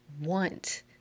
want